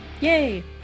Yay